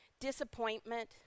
disappointment